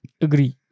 Agree